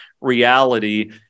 reality